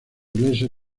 iglesia